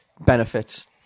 benefits